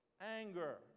anger